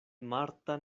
marta